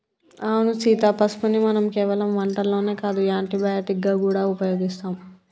అవును సీత పసుపుని మనం కేవలం వంటల్లోనే కాదు యాంటీ బయటిక్ గా గూడా ఉపయోగిస్తాం